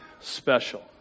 special